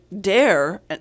dare